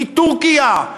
מטורקיה,